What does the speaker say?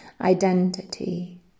identity